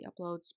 uploads